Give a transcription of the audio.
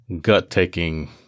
gut-taking